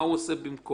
מה הוא עושה במקום.